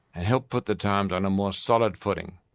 and helped put the times on a more solid footing,